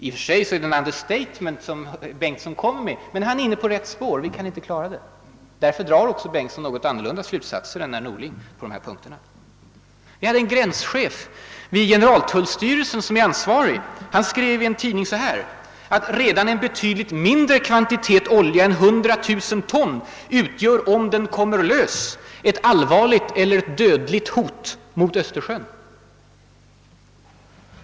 I och för sig är detta yttrande av statsrådet Bengtsson ett understatement, men han är inne på rätt spår: vi kan inte klara en sådan situation. Därför drar också herr Bengtsson något annorlunda slutatser än herr Norling på denna punkt. Jag kan citera en gränschef vid generaltullstyrelsen, som är den ansvariga myndigheten. Han skrev i en tidning, att >även en betydligt mindre kvantitet olja än 100000 ton utgör — om den kommer lös — ett allvarligt eller dödligt hot mot Östersjön».